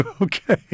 Okay